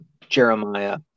jeremiah